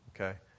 Okay